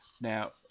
Now